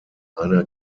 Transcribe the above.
einer